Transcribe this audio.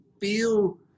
feel